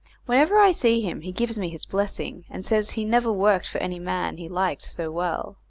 whenever i see him he gives me his blessing, and says he never worked for any man he liked so well.